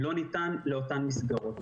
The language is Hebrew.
לא ניתן לאותן מסגרות.